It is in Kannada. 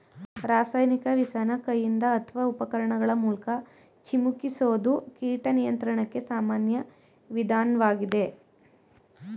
ರಾಸಾಯನಿಕ ವಿಷನ ಕೈಯಿಂದ ಅತ್ವ ಉಪಕರಣಗಳ ಮೂಲ್ಕ ಚಿಮುಕಿಸೋದು ಕೀಟ ನಿಯಂತ್ರಣಕ್ಕೆ ಸಾಮಾನ್ಯ ವಿಧಾನ್ವಾಗಯ್ತೆ